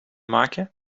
maken